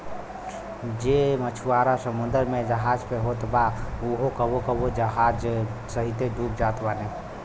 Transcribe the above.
जे मछुआरा समुंदर में जहाज पे होत बा उहो कबो कबो जहाज सहिते डूब जात बाने